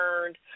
learned